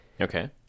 Okay